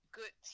good